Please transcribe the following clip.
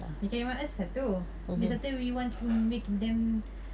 they can remind us satu lagi satu we want mm make them